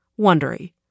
Wondery